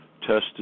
tested